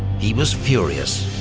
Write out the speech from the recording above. he was furious.